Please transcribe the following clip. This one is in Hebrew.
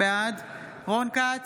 בעד רון כץ,